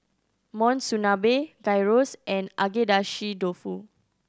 Monsunabe Gyros and Agedashi Dofu